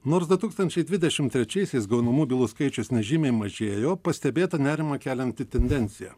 nors du tūkstančiai dvidešimt trečiaisiais gaunamų bylų skaičius nežymiai mažėjo pastebėta nerimą kelianti tendencija